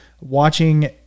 watching